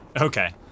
Okay